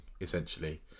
essentially